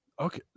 Okay